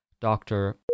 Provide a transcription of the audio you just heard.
Doctor